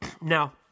Now